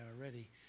already